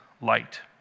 light